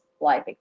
life